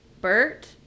Bert